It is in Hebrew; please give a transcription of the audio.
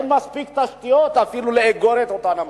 אין מספיק תשתיות אפילו לאגור את אותם המים.